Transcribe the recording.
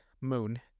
Moon